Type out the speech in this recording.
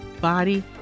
body